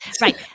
right